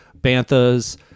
banthas